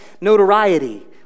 notoriety